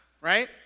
right